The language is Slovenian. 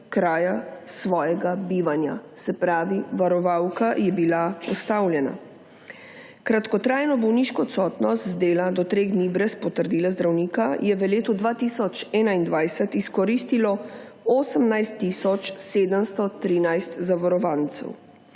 kraja svojega bivanja. Se pravi, varovalka je bila ustavljena. Kratkotrajno bolniško odsotnost z dela do treh dni brez potrdila zdravnika je v letu 2021 izkoristilo 18 tisoč 713 varovancev.